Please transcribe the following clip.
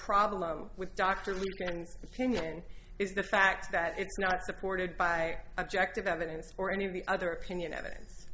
problem with dr levy and opinion is the fact that it's not supported by objective evidence or any of the other opinion evidence